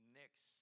next